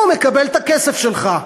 הוא מקבל את הכסף שלך,